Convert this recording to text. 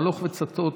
הלוך וצטוט,